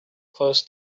close